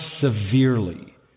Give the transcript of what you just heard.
severely